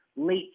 late